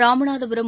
Ramanathapuram